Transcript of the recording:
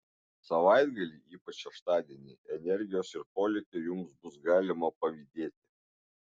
savaitgalį ypač šeštadienį energijos ir polėkio jums bus galima pavydėti